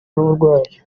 n’uburwayi